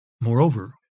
Moreover